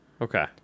okay